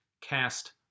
cast